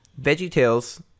VeggieTales